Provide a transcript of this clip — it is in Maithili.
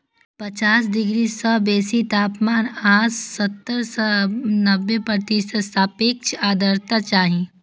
पच्चीस डिग्री सं बेसी तापमान आ सत्तर सं नब्बे प्रतिशत सापेक्ष आर्द्रता चाही